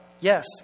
yes